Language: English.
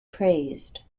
praised